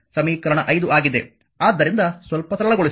ಆದ್ದರಿಂದ ಸ್ವಲ್ಪ ಸರಳಗೊಳಿಸಿ